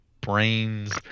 brains